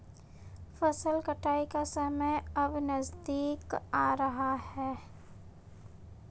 फसल कटाई का समय है अब नजदीक आ रहा है